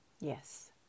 Yes